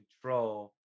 control